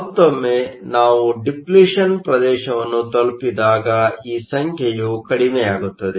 ಮತ್ತೊಮ್ಮೆ ನಾವು ಡಿಪ್ಲಿಷನ್depletion ಪ್ರದೇಶವನ್ನು ತಲುಪಿದಾಗ ಈ ಸಂಖ್ಯೆಯು ಕಡಿಮೆಯಾಗುತ್ತದೆ